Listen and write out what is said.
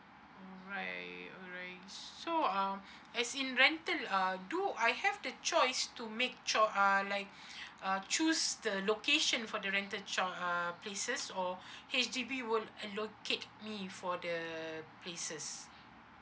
alright alright so um as in rental uh do I have the choice to make sure uh like uh choose the location for the rental shop uh places or H_D_B would allocate me for the places